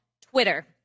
Twitter